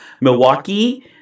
Milwaukee